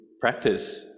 practice